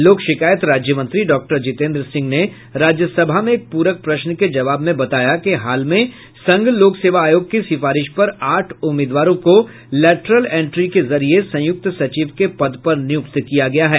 लोक शिकायत राज्यमंत्री डॉक्टर जितेन्द्र सिंह ने राज्यसभा में एक प्रक प्रश्न के जवाब में बताया कि हाल में संघ लोक सेवा आयोग की सिफारिश पर आठ उम्मीदवारों को लेटरल एंट्री के जरिये संयुक्त सचिव के पद पर नियुक्त किया गया है